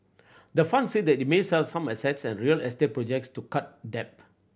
the fund said it may sell some assets and real estate projects to cut debt